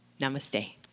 namaste